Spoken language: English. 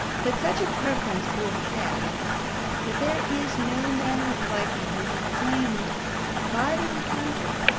that such a preference would have that there is no manner of likelihood, enflamed by the rencounter,